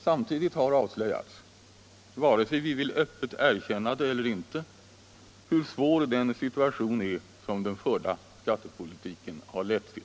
Samtidigt har avslöjats — antingen vi öppet vill erkänna det eller inte — hur svår den situation är som den förda skattepolitiken har lett till.